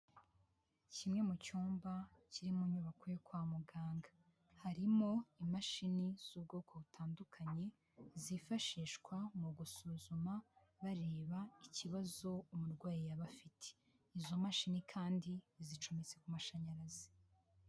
Kimwe mu cyumba kiri mu nyubako yo kwa muganga harimo imashini z'ubwoko butandukanye zifashishwa mu gusuzuma bareba ikibazo umurwayi yaba afite. Izo mashini kandi zicometse ku mashanyarazi.